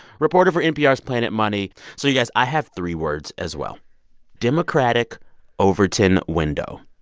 reporter for npr's planet money. so you guys, i have three words as well democratic overton window.